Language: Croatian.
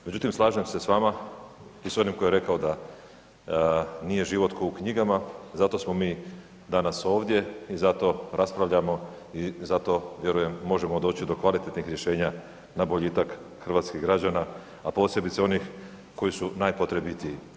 Međutim, slažem se s vama i s onim tko je rekao da život nije kao u knjigama i zato smo mi danas ovdje i zato raspravljamo i zato, vjerujem, možemo doći do kvalitetnih rješenja na boljitak hrvatskih građana, a posebice onih koji su najpotrebitiji.